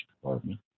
Department